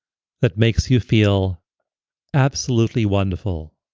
that makes you feel absolutely wonderful.